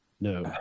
no